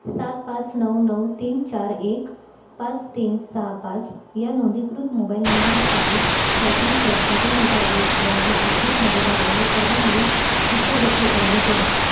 सात पाच नऊ नऊ तीन चार एक पाच तीन सहा पाच या नोंदणीकृत मोबाईल नंबरसाठी शैक्षणिक वर्ष दोन हजार वीस दोन हजार एकवीसमध्ये भरलेले सर्व नवीन शिष्यवृत्ती अर्ज शोधा